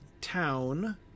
town